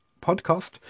podcast